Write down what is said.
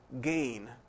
gain